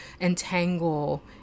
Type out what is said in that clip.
entangle